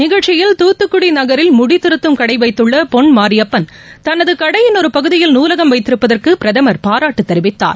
நிகழ்ச்சியில் துத்துக்குடி நகரில் முடிதிருத்தம் கடை வைத்துள்ள பொன் மாரியப்பன் தனது கடையின் ஒரு பகுதியில் நூலகம் வைத்திருப்பதற்கு பிரதமர் பாராட்டு தெரிவித்தார்